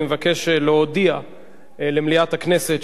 אני מבקש להודיע למליאת הכנסת,